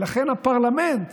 ולכן הפרלמנט